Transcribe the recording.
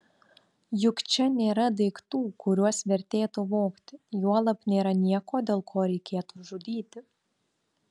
juk čia nėra daiktų kuriuos vertėtų vogti juolab nėra nieko dėl ko reikėtų žudyti